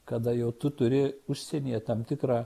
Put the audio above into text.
kada jau tu turi užsienyje tam tikrą